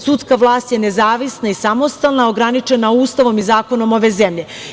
Sudska vlast je nezavisna i samostalna, ograničena Ustavom i zakonom ove zemlje.